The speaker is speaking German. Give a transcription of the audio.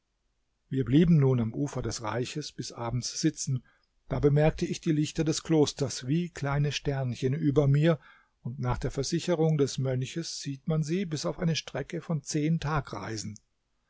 wir blieben nun am ufer des reiches bis abends sitzen da bemerkte ich die lichter des klosters wie kleine sternchen über mir und nach der versicherung des mönchs sieht man sie bis auf eine strecke von zehn tagreisen